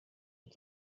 but